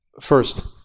First